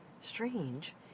strange